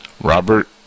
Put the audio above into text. Robert